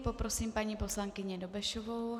Poprosím paní poslankyni Dobešovou.